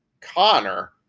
Connor